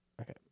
Okay